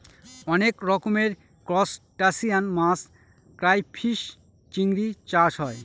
অনেক রকমের ত্রুসটাসিয়ান মাছ ক্রাইফিষ, চিংড়ি চাষ হয়